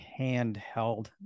handheld